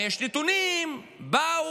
יש נתונים באו,